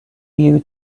you